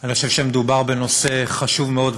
אני חושב שמדובר בנושא חשוב מאוד,